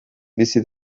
bizi